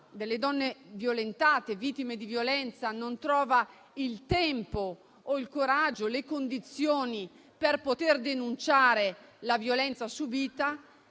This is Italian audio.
delle donne violentate e vittime di violenza, non trovano il tempo, il coraggio o le condizioni per poter denunciare la violenza subita;